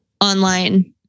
online